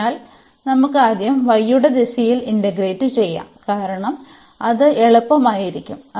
അതിനാൽ നമുക്ക് ആദ്യം y യുടെ ദിശയിൽ ഇന്റഗ്രേറ്റ് ചെയ്യാം കാരണം അത് എളുപ്പമായിരിക്കും